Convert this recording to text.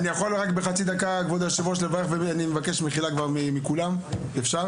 אני יכול רק בחצי דקה כבוד היושב-ראש ואני מבקש כבר מחילה מכולם אפשר?